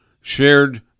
shared